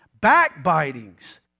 backbitings